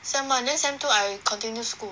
sem one then sem two I continue school